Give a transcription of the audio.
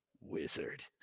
Wizard